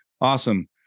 awesome